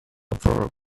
verb